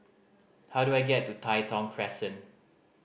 how do I get to Tai Thong Crescent